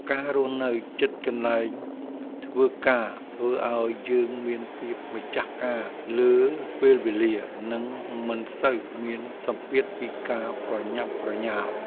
ការរស់នៅជិតកន្លែងធ្វើការធ្វើឱ្យយើងមានភាពម្ចាស់ការលើពេលវេលា និងមិនសូវមានសម្ពាធពីការប្រញាប់ប្រញាល់។